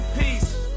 peace